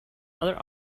other